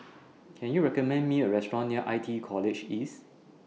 Can YOU recommend Me A Restaurant near I T E College East